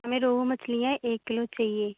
हमें रोहू मछलियाँ एक किलो चाहिए